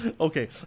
Okay